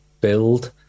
build